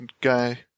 guy